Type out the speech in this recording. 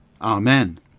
Amen